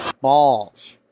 Balls